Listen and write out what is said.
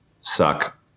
suck